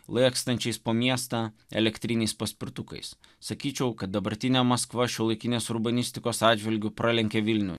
lakstančiais po miestą elektriniais paspirtukais sakyčiau kad dabartinė maskva šiuolaikinės urbanistikos atžvilgiu pralenkia vilnių